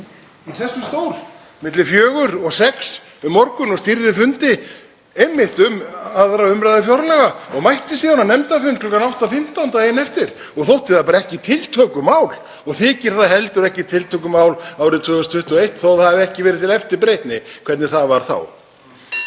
í þessum stól milli fjögur og sex um morgun og stýrði fundi einmitt um 2. umr. fjárlaga og mætti síðan á nefndarfund klukkan korter yfir átta daginn eftir og þótti það bara ekki tiltökumál. Og þykir það heldur ekki tiltökumál árið 2021 þótt það hafi ekki verið til eftirbreytni hvernig það var þá.